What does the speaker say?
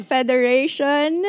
Federation